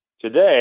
Today